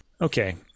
Okay